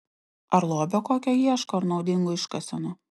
ar lobio kokio ieško ar naudingų iškasenų